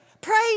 Praise